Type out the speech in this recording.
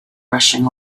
rushing